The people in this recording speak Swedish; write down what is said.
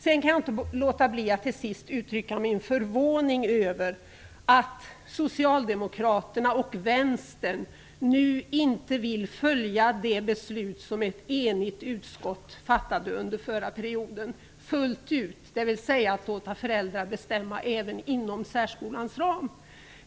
Jag kan inte låta bli att till sist uttrycka min förvåning över att Socialdemokraterna och Vänsterpartiet nu inte vill följa det beslut fullt ut som ett enigt utskott fattade under förra perioden, dvs. att låta föräldrar bestämma även inom särskolans ram.